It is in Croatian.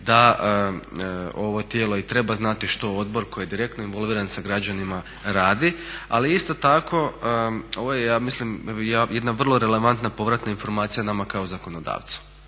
da ovo tijelo i treba znati što odbor koji je direktno involviran sa građanima radi ali isto tako ovo je ja mislim jedna vrlo relevantna povratna informacija nama kao zakonodavcu.